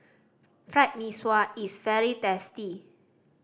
Fried Mee Sua is very tasty